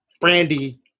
Brandy